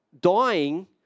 Dying